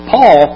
Paul